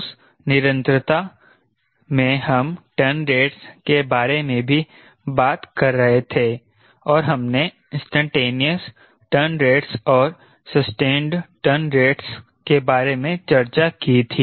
उस निरन्तरता में हम टर्न रेट्स के बारे में भी बात कर रहे थे और हमने इंस्टैंटेनियस टर्न रेट्स और सस्टेंड टर्न रेट्स के बारे में चर्चा की थी